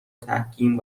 تحکیم